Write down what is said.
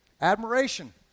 admiration